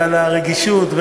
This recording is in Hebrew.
ועל הרגישות,